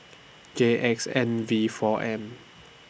J X N V four M